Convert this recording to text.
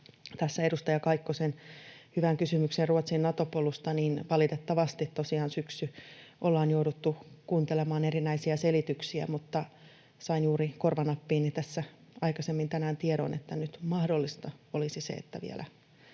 Edustaja Kaikkosen hyvään kysymykseen Ruotsin Nato-polusta: Valitettavasti tosiaan syksy ollaan jouduttu kuuntelemaan erinäisiä selityksiä, mutta sain juuri korvanappiini tässä aikaisemmin tänään tiedon, että nyt mahdollista olisi se, että vielä